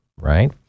Right